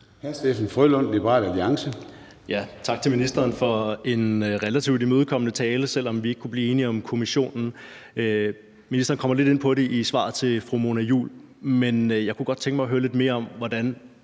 Tak til ministeren for en relativt imødekommende tale, selv om vi ikke kunne blive enige om kommissionen. Ministeren kommer lidt ind på det i svaret til fru Mona Juul, men jeg kunne godt tænke mig at høre lidt mere om, hvordan